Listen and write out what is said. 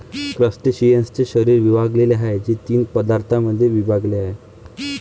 क्रस्टेशियन्सचे शरीर विभागलेले आहे, जे तीन प्रदेशांमध्ये विभागलेले आहे